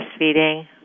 breastfeeding